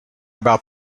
about